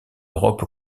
europe